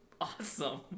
Awesome